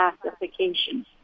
classification